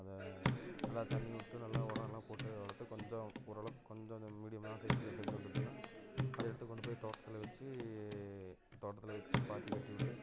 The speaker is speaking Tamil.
அதை நல்லா தண்ணிவிட்டு நல்லா உரம் எல்லாம் போட்டு வளர்த்து கொஞ்சம் ஓரளவுக்கு கொஞ்சம் இந்த மீடியமான சைஸில் செடி வந்துருச்சினால் அதை எடுத்து கொண்டு போய் தோட்டத்தில் வச்சி தோட்டத்தில் வச்சி பாத்தி கட்டிவிட்டு